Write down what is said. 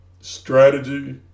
strategy